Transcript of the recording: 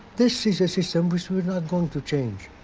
this is a system. which we're not going to change